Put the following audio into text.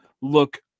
look